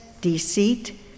deceit